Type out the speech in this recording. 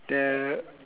the